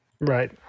Right